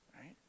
Right